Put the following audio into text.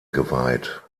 geweiht